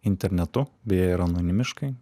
internetu beje ir anonimiškai